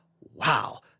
Wow